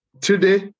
Today